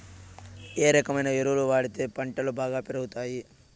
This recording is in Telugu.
ఏ రకమైన ఎరువులు వాడితే పంటలు బాగా పెరుగుతాయి?